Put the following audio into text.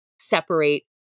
separate